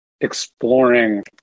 exploring